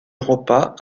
europa